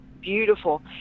beautiful